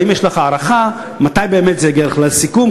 האם יש לך הערכה מתי באמת זה יגיע לכלל סיכום?